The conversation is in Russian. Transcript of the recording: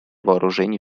вооружений